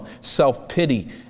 self-pity